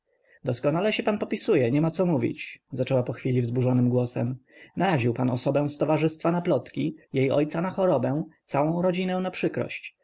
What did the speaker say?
doskonale się pan popisuje niema co mówić zaczęła pochwili wzburzonym głosem naraził pan osobę z towarzystwa na plotki jej ojca na chorobę całą rodzinę na przykrości